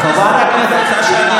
אתה השר המקשר,